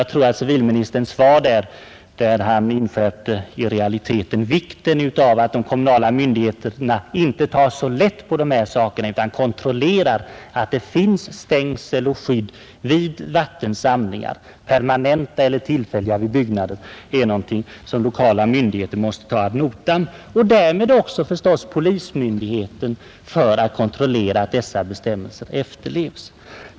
Jag anser att civilministerns svar, där han i realiteten inskärper vikten av att de kommunala myndigheterna inte tar så lätt på dessa saker utan kontrollerar att det finns stängsel och skydd vid vattensamlingar för permanenta eller tillfälliga byggnader, är någonting som de lokala myndigheterna måste ta ad notam. Polismyndigheterna måste kontrollera att dessa bestämmelser efterlevs.